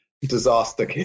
disaster